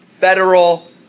Federal